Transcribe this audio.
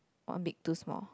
one big two small